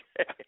Okay